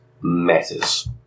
matters